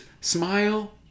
smile